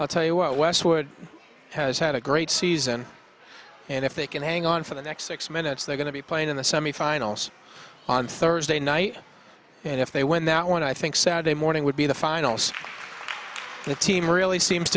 i'll tell you what westwood has had a great season and if they can hang on for the next six minutes they're going to be playing in the semifinals on thursday night and if they win that one i think saturday morning would be the finals the team really seems